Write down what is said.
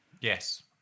Yes